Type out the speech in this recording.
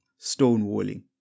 stonewalling